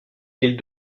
ils